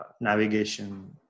navigation